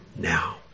now